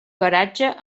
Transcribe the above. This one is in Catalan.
garatge